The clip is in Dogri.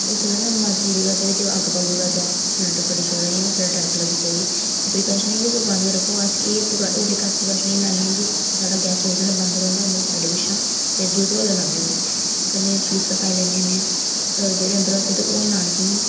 होई सकदा ना की अग्ग पकड़ी ओड़े गैस सिलेंटर फट्टी सकदा ते मिंटें च अग्ग लग्गी सकदी ते प्रकाऊशन इयै की तुस बंद गै रक्खो ते एह् होर प्रकाऊशन एह् लैने की साढ़ा गैस हर बेल्लै बंद रौहंदा ते जेल्लै जरूरत होऐ उसलै लाने होने ते कन्नै स्लीपर पाई लैनी होनी जेह्ड़े अंदर होंदे ओह् लाने की